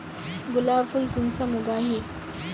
गुलाब फुल कुंसम उगाही?